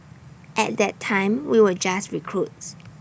at that time we were just recruits